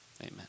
Amen